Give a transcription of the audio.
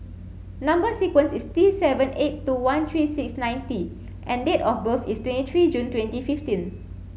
number sequence is T seven eight two one three six nine T and date of birth is twenty three June twenty fifteen